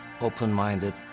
open-minded